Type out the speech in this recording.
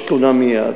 יש תלונה מייד.